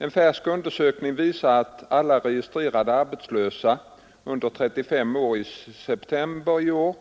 En färsk undersökning visar att av alla registrerade arbetslösa under 35 år i september i år